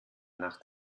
nach